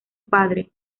padre